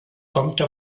compta